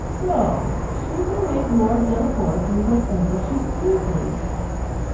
so, she can make lord delacour do whatever she pleases